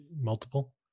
multiple